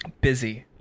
Busy